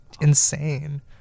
insane